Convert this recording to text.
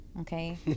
Okay